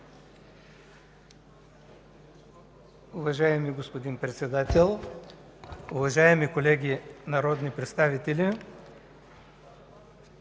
Уважаеми господин Председател, уважаеми колеги народни представители!